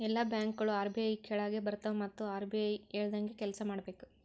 ಎಲ್ಲಾ ಬ್ಯಾಂಕ್ಗೋಳು ಆರ್.ಬಿ.ಐ ಕೆಳಾಗೆ ಬರ್ತವ್ ಮತ್ ಆರ್.ಬಿ.ಐ ಹೇಳ್ದಂಗೆ ಕೆಲ್ಸಾ ಮಾಡ್ಬೇಕ್